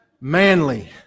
manly